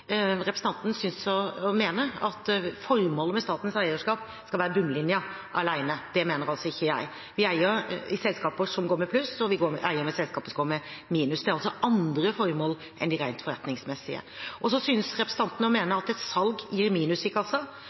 Representanten synes å mene at formålet med statens eierskap skal være bunnlinjen alene. Det mener ikke jeg. Vi eier i selskaper som går med pluss, og vi eier i selskaper som går med minus. Det er altså andre formål enn de rent forretningsmessige. Representanten synes å mene at et salg gir